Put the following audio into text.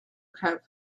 have